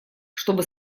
чтобы